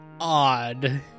odd